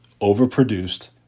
overproduced